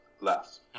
less